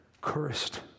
cursed